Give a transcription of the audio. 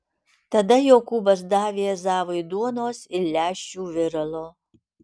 tada jokūbas davė ezavui duonos ir lęšių viralo